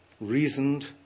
reasoned